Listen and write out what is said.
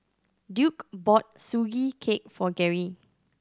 Duke bought Sugee Cake for Garry